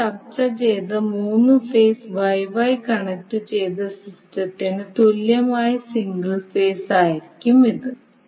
നമ്മൾ ചർച്ച ചെയ്ത മൂന്ന് ഫേസ് YY കണക്റ്റുചെയ്ത സിസ്റ്റത്തിന് തുല്യമായ സിംഗിൾ ഫേസ് ആയിരിക്കും ഇത്